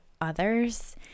others